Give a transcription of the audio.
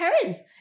parents